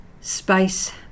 space